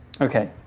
okay